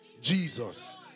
Jesus